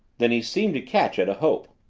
then he seemed to catch at a hope.